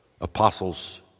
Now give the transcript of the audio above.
apostles